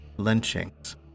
Lynchings